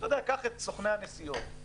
קח את סוכני הנסיעות,